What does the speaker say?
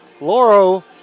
Lauro